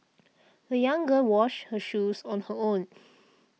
the young girl washed her shoes on her own